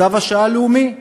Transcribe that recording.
צו שעה לאומי.